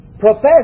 profess